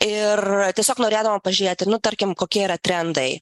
ir tiesiog norėdama pažiūrėti nutarkim kokie yra trendai